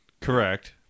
correct